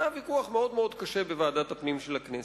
והיה ויכוח מאוד-מאוד קשה בוועדת הפנים של הכנסת.